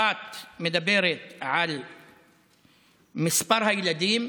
אחת מדברת על מספר הילדים,